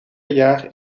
jaar